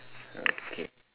okay